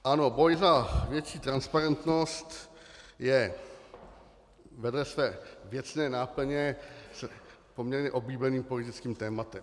Ano, boj za větší transparentnost je vedle své věcné náplně poměrně oblíbeným politickým tématem.